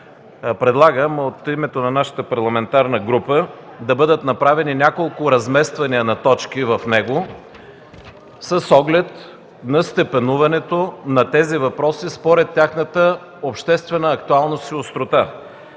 предлагам от името на нашата парламентарна група да бъдат направени няколко размествания на точки в него с оглед степенуването на тези въпроси според тяхната обществена актуалност и острота.